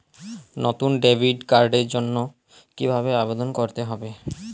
নতুন ডেবিট কার্ডের জন্য কীভাবে আবেদন করতে হবে?